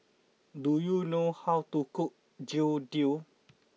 do you know how to cook Jian Dui